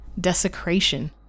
Desecration